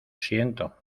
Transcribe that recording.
siento